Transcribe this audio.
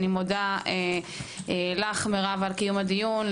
אני מודה לך מירב על קיום הדיון,